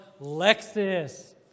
Lexus